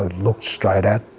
looked straight at